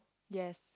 yes